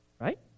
right